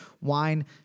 wine